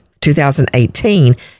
2018